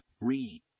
Read